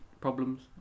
problems